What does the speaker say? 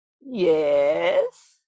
Yes